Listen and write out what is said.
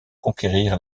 conquérir